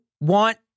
want